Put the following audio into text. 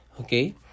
okay